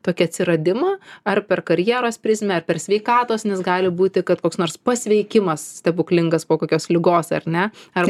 tokį atsiradimą ar per karjeros prizmę ar per sveikatos nes gali būti kad koks nors pasveikimas stebuklingas po kokios ligos ar ne ar